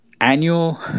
annual